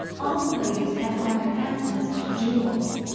all the ladies had on their handsomest jewels,